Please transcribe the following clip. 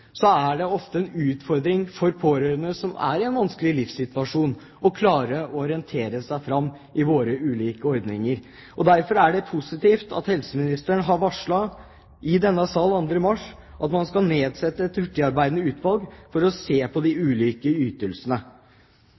er det ofte en utfordring for pårørende som er i en vanskelig livssituasjon, å klare å orientere seg fram i våre ulike ordninger. Derfor er det positivt at helseministeren varslet i denne sal 2. mars at man skal nedsette et hurtigarbeidende utvalg for å se på de ulike ytelsene.